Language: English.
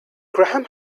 graham